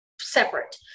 separate